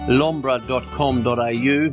lombra.com.au